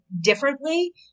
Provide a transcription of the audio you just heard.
differently